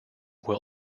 will